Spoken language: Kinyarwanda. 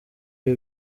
ibi